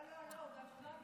לא, לא.